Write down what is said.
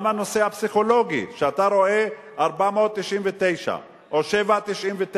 גם הנושא הפסיכולוגי, שאתה רואה 499 או 7.99,